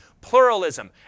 Pluralism